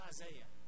Isaiah